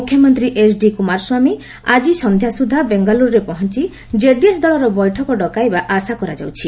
ମୁଖ୍ୟମନ୍ତ୍ରୀ ଏଚଡି କୁମାରସ୍ୱାମୀ ଆଜି ସନ୍ଧ୍ୟା ସୁଦ୍ଧା ବେଙ୍ଗାଲୁରୁରେ ପହଞ୍ଚ ଜେଡିଏସ ଦଳର ବୈଠକ ଡକାଇବା ଆଶା କରାଯାଉଛି